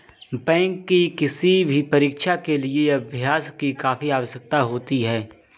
bank की किसी भी परीक्षा के लिए अभ्यास की काफी आवश्यकता होती है